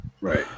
Right